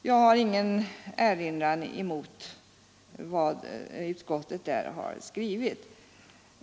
Jag har ingen erinran mot vad utskottet där har skrivit.